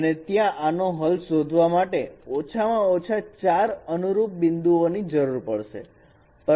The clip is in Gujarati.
અને ત્યાં આનો હલ શોધવા માટે ઓછામાં ઓછા ચાર અનુરૂપ બિંદુઓ ની જરૂર પડશે